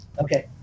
Okay